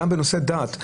אבל גם בנושא דת,